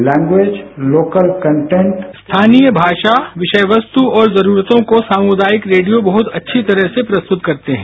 bite स्थानीय भाषा विषय वस्तु और जरूरतों को सामुदायिक रेडियो बहुत अच्छी तरह से प्रस्तुत करते हैं